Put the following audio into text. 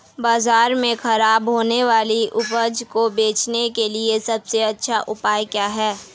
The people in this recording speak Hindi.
बाजार में खराब होने वाली उपज को बेचने के लिए सबसे अच्छा उपाय क्या है?